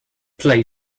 play